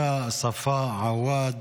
האישה ספאא עוואד,